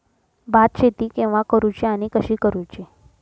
भात शेती केवा करूची आणि कशी करुची?